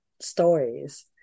stories